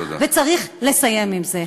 וצריך לסיים את זה.